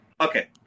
Okay